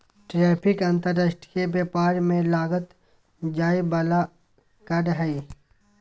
tariff अंतर्राष्ट्रीय व्यापार में लगाल जाय वला कर हइ